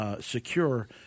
Secure